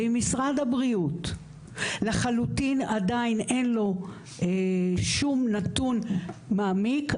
ואם משרד הבריאות לחלוטין עדיין אין לו שום נתון מעמיק,